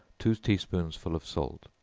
two tea-spoonsful of salt,